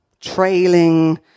trailing